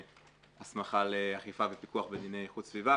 הסכמה לאכיפה ופיקוח בדיני איכות סביבה,